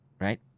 right